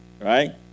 Right